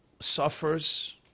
suffers